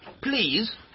Please